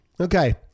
Okay